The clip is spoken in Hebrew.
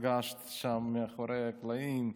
ראיתי כמה התרגשת שם, מאחורי הקלעים,